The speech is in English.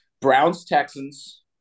Browns-Texans